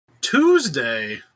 Tuesday